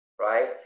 Right